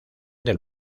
del